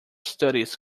studies